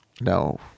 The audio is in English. No